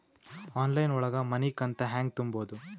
Online ಒಳಗ ಮನಿಕಂತ ಹ್ಯಾಂಗ ತುಂಬುದು?